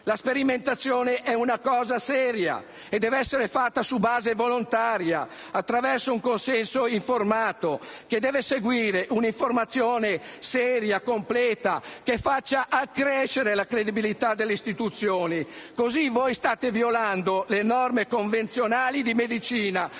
La sperimentazione è una cosa seria e deve essere fatta su base volontaria, attraverso un consenso informato, che deve seguire un'informazione seria, completa, che faccia accrescere la credibilità delle istituzioni. Così voi state violando le norme convenzionali di medicina.